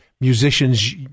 musicians